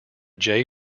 jay